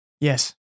Yes